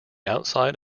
outside